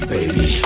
Baby